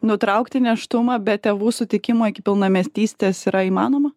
nutraukti nėštumą be tėvų sutikimo iki pilnametystės yra įmanoma